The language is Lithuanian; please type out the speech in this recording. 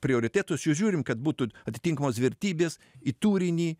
prioritetus į juos žiūrim kad būtų atitinkamos vertybės į turinį